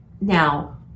Now